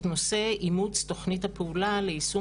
את נושא אימוץ תוכנית הפעולה ליישום